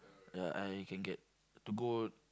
ya I can get to go